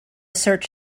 search